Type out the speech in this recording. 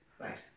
right